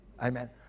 Amen